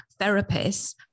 therapists